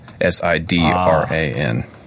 s-i-d-r-a-n